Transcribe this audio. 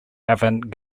avant